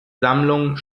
sammlung